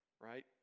right